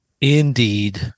Indeed